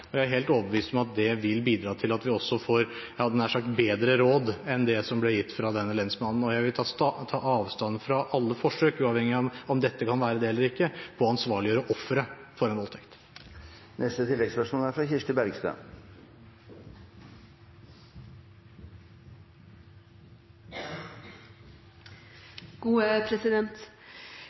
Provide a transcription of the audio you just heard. Jeg er helt overbevist om at det vil bidra til at vi får bedre råd enn det som ble gitt av denne lensmannen, og jeg vil ta avstand fra alle forsøk – uavhengig av om dette kan være det eller ikke – på å ansvarliggjøre offeret for en